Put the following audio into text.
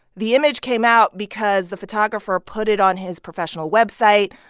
the image came out because the photographer put it on his professional website.